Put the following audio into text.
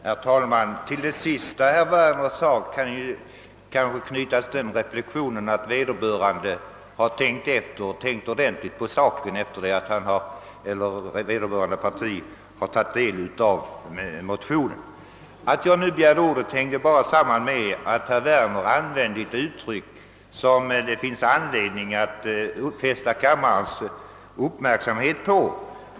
Herr talman! Till det sista herr Werner sade kan kanske knytas den reflexionen att motionärernas partivänner tänkt efter ordentligt på saken, sedan de tagit del av motionerna. Jag begärde ordet därför att herr Werner använde ett uttryck som det finns anledning att fästa kammarens uppmärksamhet på.